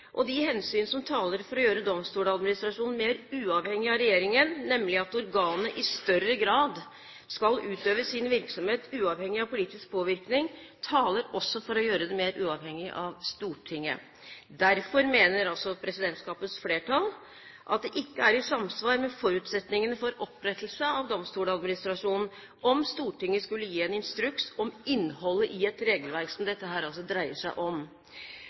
Og de hensyn som taler for å gjøre Domstoladministrasjonen mer uavhengig av regjeringen, nemlig at organet i større grad skal utøve sin virksomhet uavhengig av politisk påvirkning, taler også for å gjøre det mer uavhengig av Stortinget. Derfor mener altså presidentskapets flertall at det ikke er i samsvar med forutsetningene for opprettelse av Domstoladministrasjonen om Stortinget skulle gi en instruks om innholdet i et regelverk, som dette altså dreier seg om.